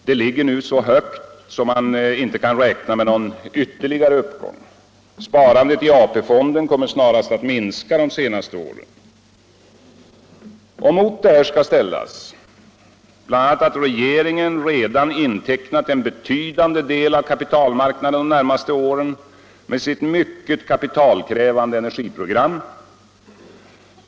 Det ligger nu så högt att man inte kan räkna med någon ytterligare uppgång. Sparandet i AP-fonden kommer snarast att minska under de närmaste åren. Mot detta skall bl.a. ställas att regeringen redan intecknat en betydande del av kapitalmarknaden de närmaste åren med sitt mycket kapitalkrävande energiprogram.